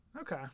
Okay